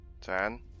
Ten